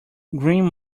green